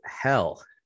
hell